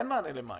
אין מענה למאי.